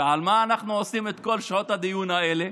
על מה אנחנו עושים את כל שעות הדיון האלה?